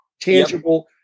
Tangible